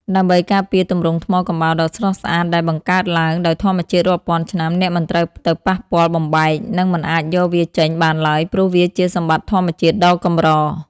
ដើម្បីការពារទម្រង់ថ្មកំបោរដ៏ស្រស់ស្អាតដែលបង្កើតឡើងដោយធម្មជាតិរាប់ពាន់ឆ្នាំ អ្នកមិនត្រូវទៅប៉ះពាល់ បំបែក និងមិនអាចយកវាចេញបានឡើយ ព្រោះវាជាសម្បត្តិធម្មជាតិដ៏កម្រ។